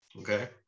Okay